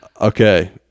Okay